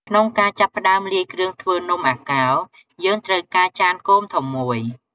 ក្នុងការចាប់ផ្ដើមលាយគ្រឿងធ្វើនំអាកោរ យើងត្រូវការចានគោមធំមួយ។